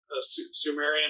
sumerian